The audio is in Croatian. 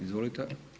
Izvolite.